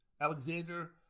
Alexander